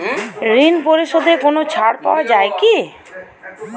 ঋণ পরিশধে কোনো ছাড় পাওয়া যায় কি?